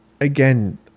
Again